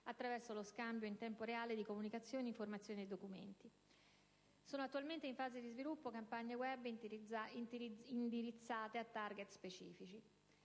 attraverso lo scambio in tempo reale di comunicazioni, informazioni e documenti. Sono attualmente in fase di sviluppo campagne *web* indirizzate a *target* specifici.